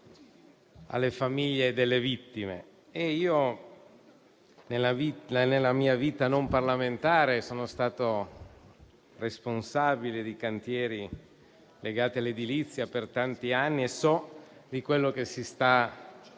alle famiglie delle vittime. Nella mia vita non parlamentare sono stato a mia volta responsabile di cantieri legati all'edilizia per tanti anni e so di cosa si sta parlando.